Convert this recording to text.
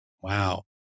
Wow